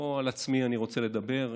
לא על עצמי אני רוצה לדבר.